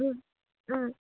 ও ও